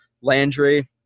Landry